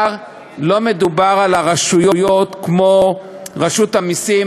לא מדובר על רשויות כמו רשות המסים,